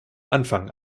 anfang